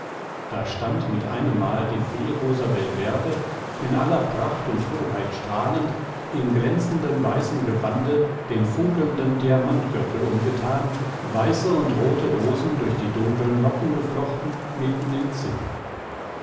da stand mit einemmal die fee rosabelverde in aller pracht und hoheit strahlend im glänzenden weißen gewande den funkelnden diamantgürtel umgetan weiße und rote rosen durch die dunkeln locken geflochten mitten im zimmer